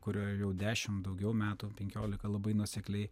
kurioj jau dešimt daugiau metų penkiolika labai nuosekliai